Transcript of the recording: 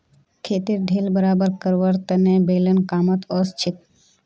खेतेर ढेल बराबर करवार तने बेलन कामत ओसछेक